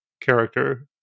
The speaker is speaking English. character